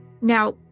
Now